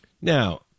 Now